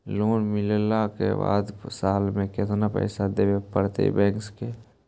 Loan मिलला के बाद साल में केतना पैसा देबे पड़तै बैक के?